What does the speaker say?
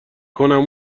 کنم